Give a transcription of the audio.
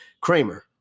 kramer